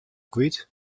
kwyt